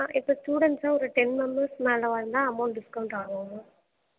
ஆ இப்போது ஸ்டூடண்ட்ஸுன்னு ஒரு டென் மெம்பர்ஸ் மேலே வந்தால் அமௌண்ட் டிஸ்கவுண்ட் ஆகுமா மேம்